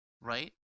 right